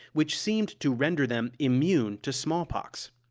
which seemed to render them immune to smallpox.